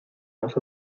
nos